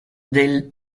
del